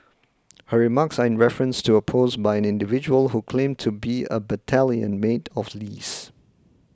her remarks are in reference to a post by an individual who claimed to be a battalion mate of Lee's